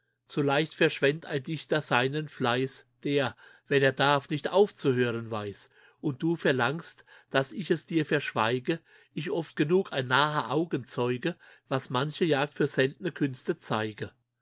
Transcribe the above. leicht verschwendt ein dichter seinen fleiß der wenn er darf nicht aufzuhören weiß und du verlangst dass ich es dir verschweige ich oft genug ein naher augenzeuge was manche jagd für seltne künste zeige